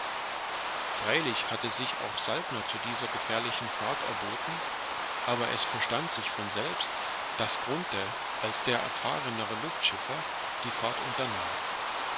freilich hatte sich auch saltner zu dieser gefährlichen fahrt erboten aber es verstand sich von selbst daß grunthe als der erfahrenere luftschiffer die